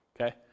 okay